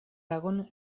tagon